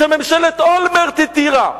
שממשלת אולמרט התירה,